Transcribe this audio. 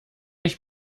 ich